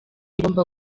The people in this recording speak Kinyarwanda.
igomba